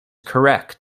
correct